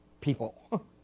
people